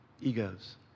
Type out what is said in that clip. egos